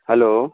hello